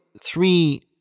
three